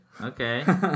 Okay